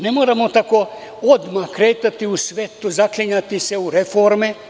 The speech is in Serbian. Ne moramo tako odmah kretati u sve to, zaklinjati se u reforme.